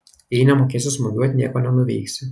jei nemokėsi smūgiuot nieko nenuveiksi